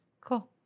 Cool